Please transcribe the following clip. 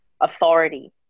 authority